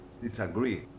Disagree